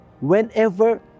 whenever